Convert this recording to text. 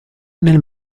nel